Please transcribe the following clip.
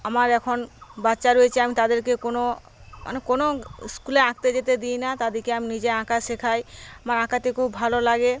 আমার এখন বাচ্চা রয়েছে আমি তাদেরকে কোন কোন স্কুলে আঁকতে যেতে দিই না তাদেরকে আমি নিজে আঁকা শেখাই আমার আঁকাতে খুব ভালো লাগে